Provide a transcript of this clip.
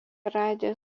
radijo